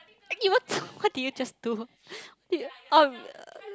eh 你玩臭 what did you just do you oh